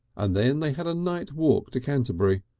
and then they had a night walk to canterbury,